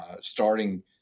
starting